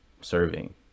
serving